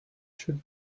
should